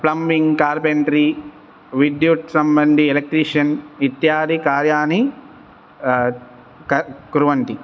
plumbing carpentry विद्युत्संबन्धि electrician इत्यादि कार्यानि क कुर्वन्ति